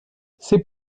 c’est